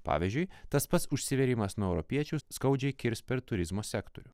pavyzdžiui tas pats užsivėrimas nuo europiečių skaudžiai kirs per turizmo sektorių